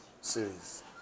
series